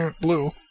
blue